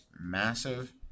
massive